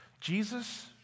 Jesus